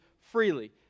freely